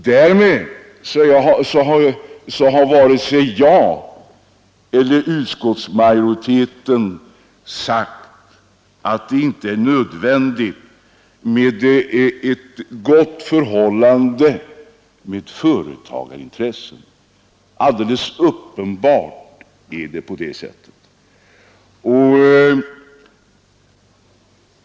Därmed har varken jag eller utskottsmajoriteten sagt att det inte är nödvändigt med ett gott förhållande till företagsintressena — alldeles uppenbart är det på det sättet.